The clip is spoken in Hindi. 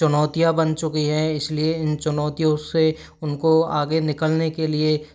चुनौतियाँ बन चुकी हैं इसलिए इन चुनौतियों से उनको आगे निकलने के लिए